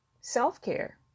self-care